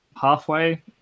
halfway